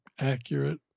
accurate